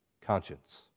conscience